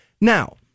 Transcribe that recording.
Now